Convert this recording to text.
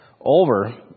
over